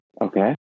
Okay